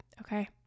Okay